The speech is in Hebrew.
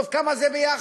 טוב, כמה זה יחד?